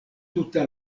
tuta